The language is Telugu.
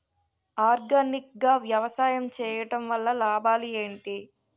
ఆర్గానిక్ గా వ్యవసాయం చేయడం వల్ల లాభాలు ఏంటి?